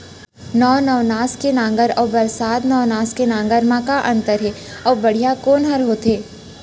नौ नवनास के नांगर अऊ बरसात नवनास के नांगर मा का अन्तर हे अऊ बढ़िया कोन हर होथे?